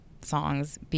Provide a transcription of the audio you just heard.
songs